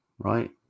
right